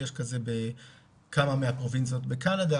יש כזה בכמה מהפרובינציות בקנדה,